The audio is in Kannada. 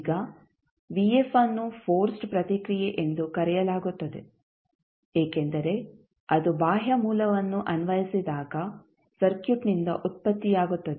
ಈಗ ಅನ್ನು ಫೋರ್ಸ್ಡ್ ಪ್ರತಿಕ್ರಿಯೆ ಎಂದು ಕರೆಯಲಾಗುತ್ತದೆ ಏಕೆಂದರೆ ಅದು ಬಾಹ್ಯ ಬಲವನ್ನು ಅನ್ವಯಿಸಿದಾಗ ಸರ್ಕ್ಯೂಟ್ನಿಂದ ಉತ್ಪತ್ತಿಯಾಗುತ್ತದೆ